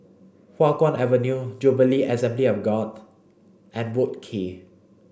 Hua Guan Avenue Jubilee Assembly of God and Boat Quay